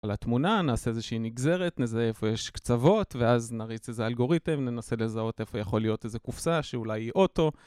על התמונה, נעשה איזושהי נגזרת, נזהה איפה יש קצוות ואז נריץ איזה אלגוריתם, ננסה לזהות איפה יכול להיות איזה קופסה שאולי היא אוטו